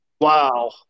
Wow